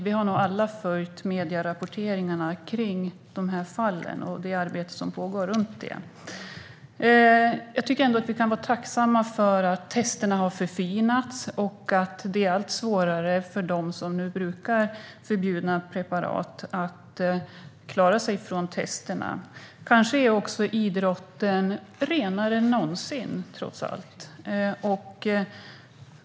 Vi har nog alla följt medierapporteringen kring de här fallen och det arbete som pågår runt dem. Jag tycker att vi kan vara tacksamma över att testerna har förfinats och att det är allt svårare för dem som brukar förbjudna preparat att klara testerna. Kanske är också idrotten renare än någonsin, trots allt.